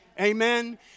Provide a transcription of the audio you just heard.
Amen